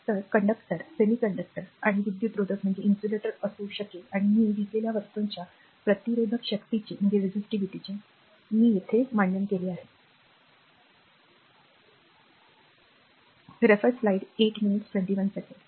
तर कंडक्टर अर्धसंवाहक आणि विद्युतरोधक असू शकेल आणि मी घेतलेल्या वस्तूंच्या प्रतिरोधक शक्तीने मी ते येथे ठेवले आहे